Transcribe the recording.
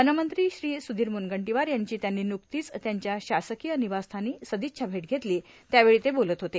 वनमंत्री श्री सुधीर म्रुनगंटीवार यांची त्यांनी नुकतीच त्यांच्या शासकीय निवासस्थानी सदिच्छा भेट घेतली त्यावेळी ते बोलत होते